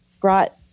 brought